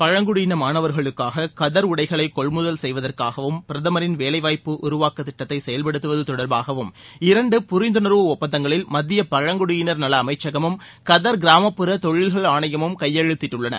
பழங்குடியின மாணவர்களுக்காக கதர் உடைகளை கொள்முதல் செய்வதற்காகவும் பிரதமரின் வேலைவாய்ப்பு உருவாக்க திட்டத்தை செயல்படுத்துவது தொடர்பாகவும்இரண்டு புரிந்துணர்வு ஒப்பந்தங்களில் மத்திய பழங்குடியினர் நல அமைச்சகமும் கதர் கிராமப்புற தொழில்கள் ஆணையமும் கையெழுத்திட்டுள்ளன